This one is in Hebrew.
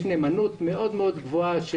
יש נאמנות מאוד מאוד גבוהה.